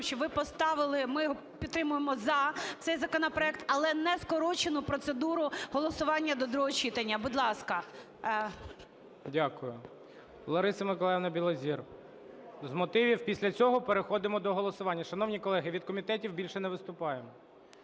щоб ви поставили, ми підтримуємо, за цей законопроект, але не скорочену процедуру голосування до другого читання. Будь ласка. ГОЛОВУЮЧИЙ. Дякую. Лариса Миколаївна Білозір, з мотивів. Після цього переходимо до голосування. Шановні колеги, від комітетів більше не виступаємо.